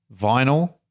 vinyl